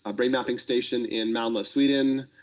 ah brain-mapping station in malmo, sweden,